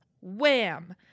Wham